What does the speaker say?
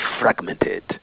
fragmented